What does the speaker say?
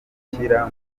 gushyira